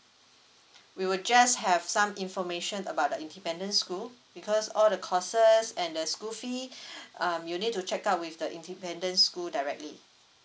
we will just have some information about the independent school because all the courses and the school fee um you need to check out with the independent school directly